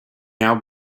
now